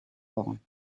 born